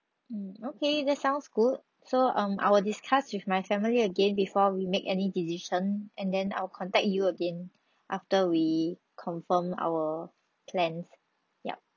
mm okay that sounds good so um I will discuss with my family again before we make any decision and then I'll contact you again after we confirm our plans yup